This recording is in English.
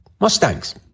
Mustangs